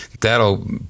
That'll